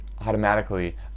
automatically